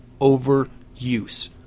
overuse